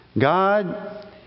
God